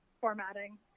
formatting